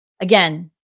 again